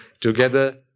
together